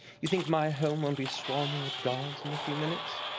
you think my home won't be swarming with guards in a few minutes?